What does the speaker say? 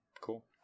cool